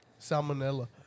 Salmonella